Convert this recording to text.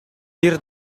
бир